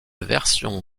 version